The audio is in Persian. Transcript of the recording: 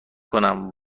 کنم